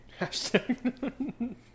Hashtag